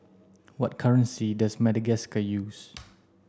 what currency does Madagascar use